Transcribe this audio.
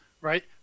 right